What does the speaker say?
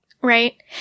Right